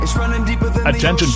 Attention